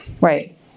Right